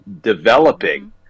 developing